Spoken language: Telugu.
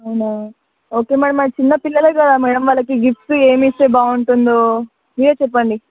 అవునా ఓకే మ్యాడమ్ చిన్నపిల్లలు కదా మ్యాడమ్ వాళ్ళకు గిఫ్ట్స్ ఏమి ఇస్తే బాగుంటుంది మీరు చెప్పండి